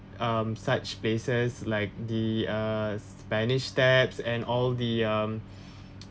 um such places like the uh spanish steps and all the um